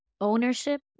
ownership